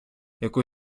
яку